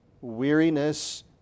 weariness